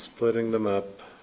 splitting them up